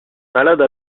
malade